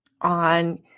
on